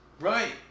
right